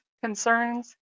concerns